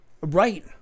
Right